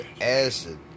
acid